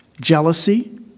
jealousy